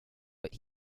but